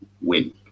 win